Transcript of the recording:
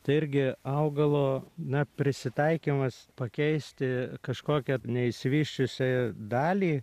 tai irgi augalo na prisitaikymas pakeisti kažkokią neišsivysčiusią dalį